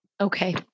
Okay